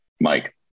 Mike